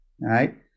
right